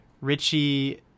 Richie